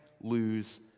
lose